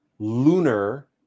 Lunar